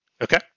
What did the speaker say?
Okay